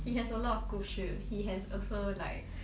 he has a lot of 故事 he has also like